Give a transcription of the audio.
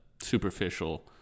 superficial